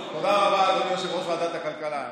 תודה רבה, אדוני יושב-ראש ועדת הכלכלה.